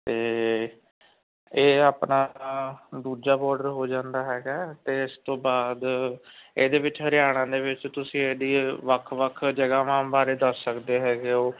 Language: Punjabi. ਅਤੇ ਇਹ ਆਪਣਾ ਦੂਜਾ ਬੋਡਰ ਹੋ ਜਾਂਦਾ ਹੈਗਾ ਅਤੇ ਇਸਤੋਂ ਬਾਅਦ ਇਹਦੇ ਵਿਚ ਹਰਿਆਣਾ ਦੇ ਵਿੱਚ ਤੁਸੀਂ ਇਹਦੀ ਵੱਖ ਵੱਖ ਜਗਾਵਾਂ ਬਾਰੇ ਦੱਸ ਸਕਦੇ ਹੈਗੇ ਓ